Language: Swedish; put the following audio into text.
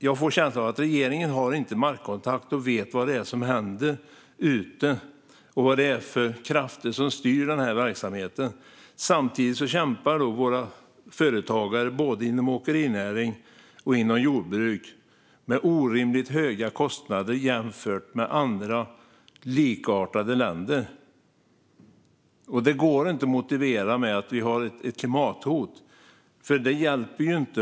Jag får en känsla av att regeringen inte har markkontakt och inte vet vad som händer ute och vilka krafter som styr denna verksamhet. Samtidigt kämpar våra företagare både inom åkerinäring och inom jordbruk med orimligt höga kostnader jämfört med hur det är i andra likartade länder. Det går inte att motivera med att vi har ett klimathot.